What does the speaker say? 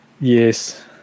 Yes